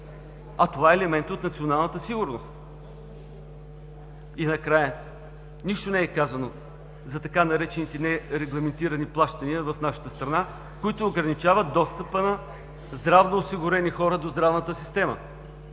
а това е елемент от националната сигурност. Накрая, нищо не е казано за така наречените „нерегламентирани плащания“ в нашата страна, които ограничават достъпа на здравноосигурени хора до здравната система.